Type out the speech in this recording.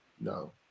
No